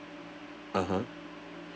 (uh huh)